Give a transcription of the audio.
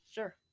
Sure